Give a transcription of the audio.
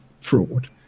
fraud